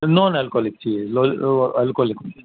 naan alcoholic چاہیے non alcoholic چاہیے